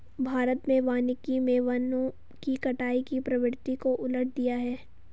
भारत में वानिकी मे वनों की कटाई की प्रवृत्ति को उलट दिया है